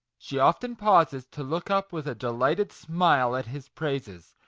she often pauses, to look up with a delighted smile at his praises,